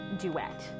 duet